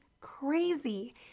crazy